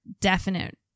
definite